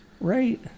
right